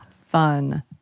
fun